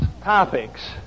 topics